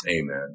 Amen